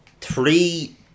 three